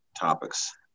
topics